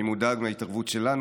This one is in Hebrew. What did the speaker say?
אני מודאג מההתערבות שלנו.